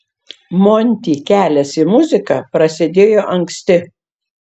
monty kelias į muziką prasidėjo anksti